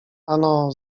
ano